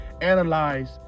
Analyze